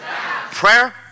prayer